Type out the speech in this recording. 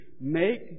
make